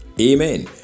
Amen